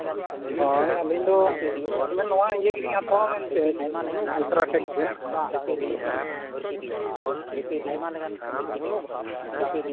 ᱦᱳᱭ ᱟᱹᱞᱤᱧ ᱫᱚ ᱱᱚᱣᱟ ᱤᱭᱟᱹ ᱜᱮᱞᱤᱧ ᱦᱟᱛᱟᱣᱟ ᱢᱮᱱᱛᱮ ᱟᱞᱴᱨᱟᱴᱮᱠ ᱜᱮ ᱦᱮᱸ ᱟᱫᱚ